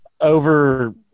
over